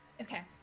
Okay